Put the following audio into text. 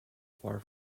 far